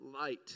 light